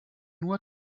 nur